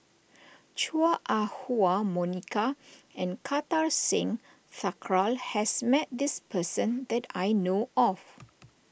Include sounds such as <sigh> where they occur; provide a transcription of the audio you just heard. Chua Ah Huwa Monica <noise> and Kartar Singh Thakral has met this person that I know of